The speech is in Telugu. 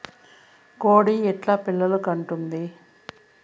కోడి ఎట్లా పిల్లలు కంటుంది?